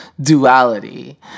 duality